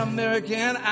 American